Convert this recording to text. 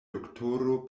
doktoro